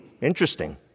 interesting